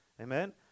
Amen